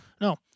No